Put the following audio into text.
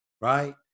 right